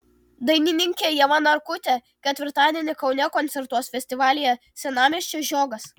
dainininkė ieva narkutė ketvirtadienį kaune koncertuos festivalyje senamiesčio žiogas